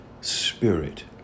spirit